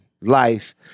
life